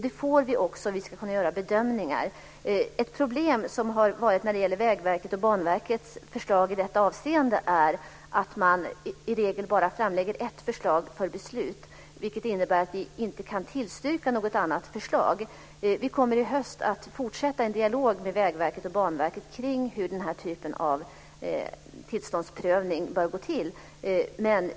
Det får vi också, och vi ska kunna göra bedömningar. Ett problem när det gäller Vägverkets och Banverkets förslag i detta avseende är att man i regel bara framlägger ett förslag för beslut, vilket innebär att vi inte kan tillstyrka något annat förslag. Vi kommer i höst att fortsätta en dialog med Vägverket och Banverket kring hur den här typen av tillståndsprövning bör gå till.